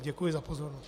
Děkuji za pozornost.